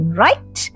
right